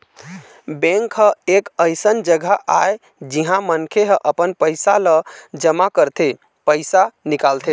bank ह एक अइसन जघा आय जिहाँ मनखे ह अपन पइसा ल जमा करथे, पइसा निकालथे